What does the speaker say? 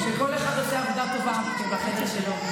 בואו נאמין שכל אחד עושה עבודה טובה בחדר שלו.